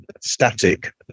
static